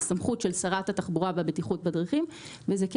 זאת סמכות של שרת התחבורה והבטיחות בדרכים וכאמור זה כן